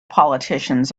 politicians